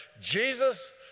Jesus